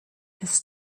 his